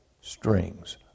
strings